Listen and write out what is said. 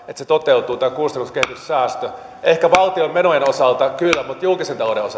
että tämä kolmen miljardin kustannuskehityssäästö toteutuu ehkä valtion menojen osalta kyllä mutta julkisen talouden